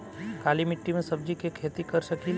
काली मिट्टी में सब्जी के खेती कर सकिले?